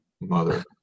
mother